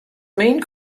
main